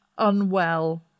unwell